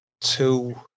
two